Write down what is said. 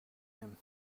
him